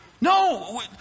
No